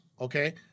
okay